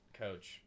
coach